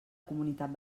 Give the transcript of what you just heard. comunitat